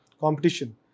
competition